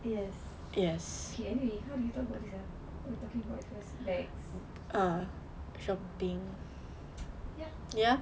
yes okay anyway how do we talk about this what were we talking about bags ya